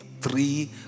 three